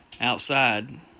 outside